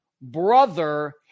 brother